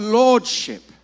lordship